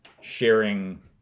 sharing